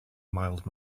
mild